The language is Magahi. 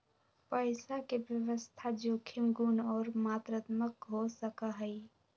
पैसा के व्यवस्था जोखिम गुण और मात्रात्मक हो सका हई